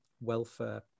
welfare